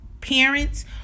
parents